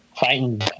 fighting